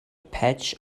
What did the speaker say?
patch